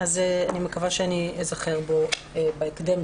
אני מקווה שאני אזכר בו בהקדם,